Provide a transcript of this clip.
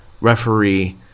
referee